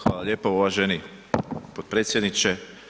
Hvala lijepa uvaženi potpredsjedniče.